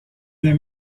des